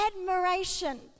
admiration